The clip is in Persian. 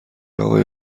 اقای